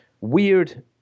weird